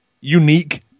unique